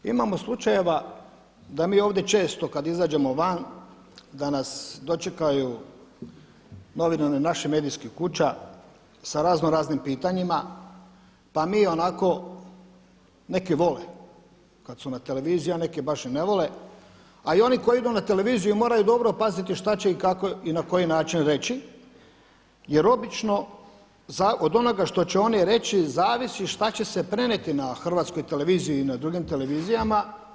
Imamo slučajeva da mi ovdje često kada izađemo van da nas dočekaju novinari naših medijskih kuća sa raznoraznim pitanjima pa mi onako, neki vole kada su na televiziji, a neki baš i ne vole, a i oni koji idu na televiziju moraju dobro paziti šta će i kako i na koji način reći jer obično od onoga što će oni reći zavisi šta će se prenijeti na Hrvatskoj televiziji i drugim televizijama.